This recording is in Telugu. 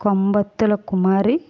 కొంబొత్తుల కుమారి